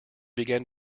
began